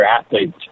athletes